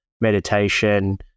meditation